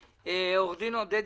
עורך דין עודד